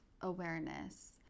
awareness